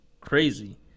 crazy